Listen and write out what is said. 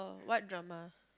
what drama